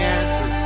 answer